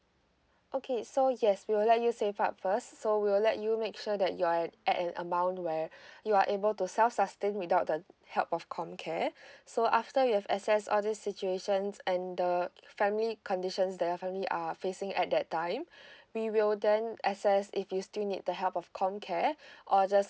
okay so yes we will let you save up first so we'll let you make sure that you are at an amount where you are able to self sustain without the help of comcare so after we have assess all these situations and the family conditions that your family are facing at that time we will then assess if you still need the help of comcare or just